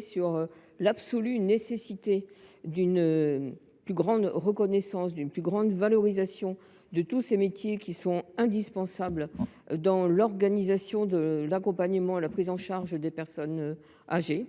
sur l’absolue nécessité d’une plus grande reconnaissance et d’une plus grande valorisation de tous ces métiers, qui sont indispensables dans l’accompagnement et la prise en charge des personnes âgées.